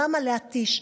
למה להתיש?